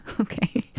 Okay